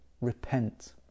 Repent